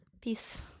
Peace